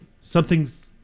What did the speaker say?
something's